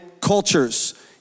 cultures